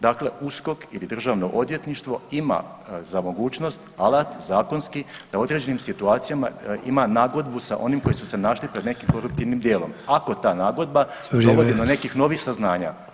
Dakle, USKOK ili Državno odvjetništvo ima za mogućnost alat zakonski da u određenim situacijama ima nagodbu sa onim koji su se našli pred nekim koruptivnim djelom, ako ta nagodba [[Upadica: Vrijeme.]] dovodi do nekih novih saznanja.